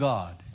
God